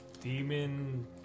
demon